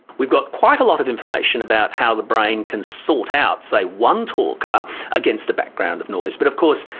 we've got quite a lot of information about how the brain can sort out, say, one talker against a background of noise, but of course,